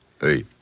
Hey